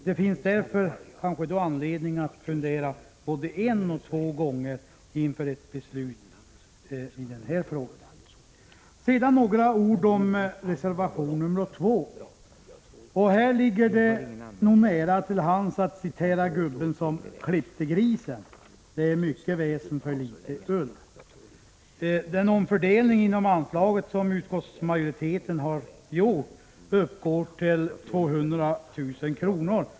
Det finns därför anledning att fundera både en och två gånger inför ett beslut i den här frågan. Sedan några ord om reservation nr 2. Här ligger det nog nära till hands att citera gubben som klippte grisen: Mycket väsen för litet ull. Den omfördelning inom anslaget som utskottsmajoriteten har gjort uppgår till 200 000 kr.